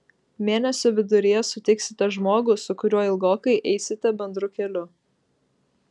mėnesio viduryje sutiksite žmogų su kuriuo ilgokai eisite bendru keliu